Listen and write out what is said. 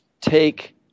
take